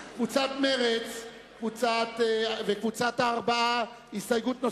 קבוצת סיעת מרצ וקבוצת הארבעה לסעיף 3 (סעיף 1א(1)